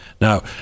Now